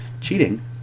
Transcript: Cheating